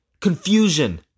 confusion